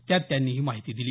त्यात त्यांनी ही माहिती दिली